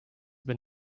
been